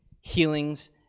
healings